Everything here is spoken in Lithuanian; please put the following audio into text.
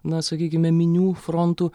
na sakykime minių frontų